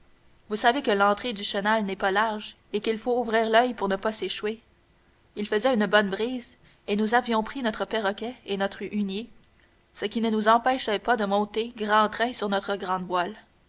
vous savez que l'entrée du chenal n'est pas large et qu'il faut ouvrir l'oeil pour ne pas s'échouer il faisait une bonne brise et nous avions pris notre perroquet et notre hunier ce qui ne nous empêchait pas de monter grand train sur notre grande voile